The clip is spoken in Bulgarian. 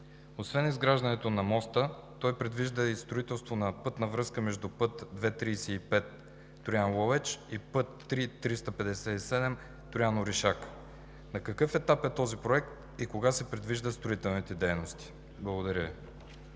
Освен изграждането на моста той предвижда и строителство на пътна връзка между път II-35 Троян – Ловеч и път III-357 Троян – Орешак. На какъв етап е този проект и кога се предвиждат строителните дейности? Благодаря Ви.